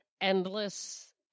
endless